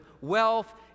wealth